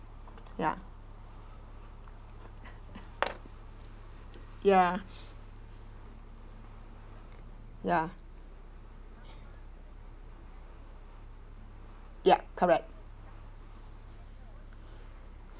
ya ya ya yup correct